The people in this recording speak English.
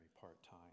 part-time